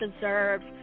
deserves